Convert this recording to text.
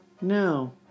No